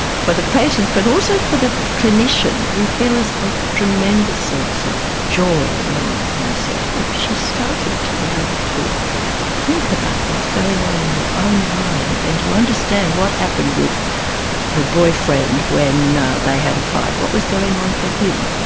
for the patients, but also for the clinician. you feel a tremendous sense of joy when you see, oh, she's starting to be able to think about what's going on in her own mind and to understand what happened with her boyfriend when they had a fight, what was going on for him.